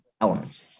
elements